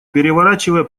переворачивая